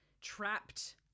trapped